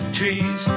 trees